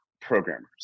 programmers